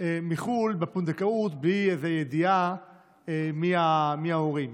מחו"ל בפונדקאות בלי איזה ידיעה מי ההורים.